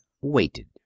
waited